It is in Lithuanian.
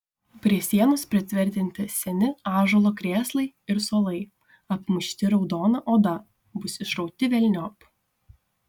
prie sienos pritvirtinti seni ąžuolo krėslai ir suolai apmušti raudona oda bus išrauti velniop